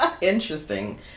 Interesting